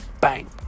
Bang